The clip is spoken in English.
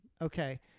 okay